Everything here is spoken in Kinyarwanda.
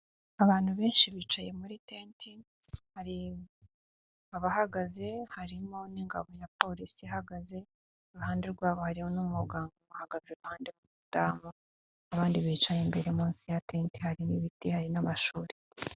Abantu benshi bicaye muri tente, hari abahagaze harimo n'ingabo na Polisi ihagaze, iruhande rwabo harimo n'umuganga uhagaze iruhande rw'umudamu, abandi bicaye imbere munsi ya tente harimo ibiti hari n'amashuri.